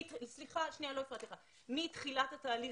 מתחילת התהליך,